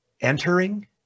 entering